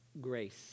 grace